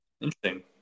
interesting